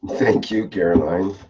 thank you caroline.